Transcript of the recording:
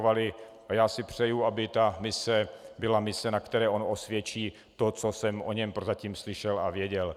A já si přeji, aby ta mise byla mise, na které on osvědčí to, co jsem o něm prozatím slyšel a věděl.